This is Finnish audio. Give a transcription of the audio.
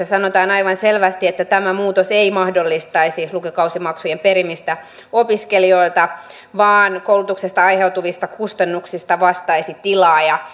sanotaan aivan selvästi että tämä muutos ei mahdollistaisi lukukausimaksujen perimistä opiskelijoilta vaan koulutuksesta aiheutuvista kustannuksista vastaisi tilaaja